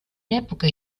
epoche